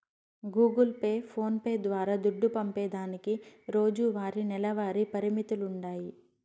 Google Pay, phones ద్వారా దుడ్డు పంపేదానికి రోజువారీ, నెలవారీ పరిమితులుండాయి